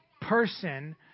person